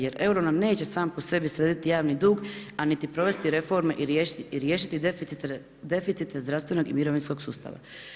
Jer euro nam neće sam po sebi srediti javni dug, a niti provesti reforme i riješiti deficite zdravstvenog i mirovinskog sustava.